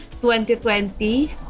2020